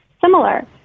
similar